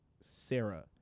Sarah